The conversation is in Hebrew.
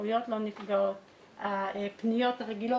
הזכויות לא נפגעות וכי גם הפניות הרגילות,